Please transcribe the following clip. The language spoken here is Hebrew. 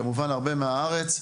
וכמובן הרבה מהארץ.